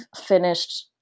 finished